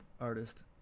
artist